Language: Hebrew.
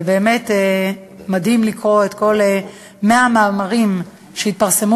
ובאמת מדהים לקרוא את כל 100 המאמרים שהתפרסמו